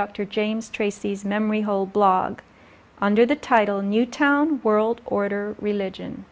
dr james tracy's memory hole blog under the title newtown world order religion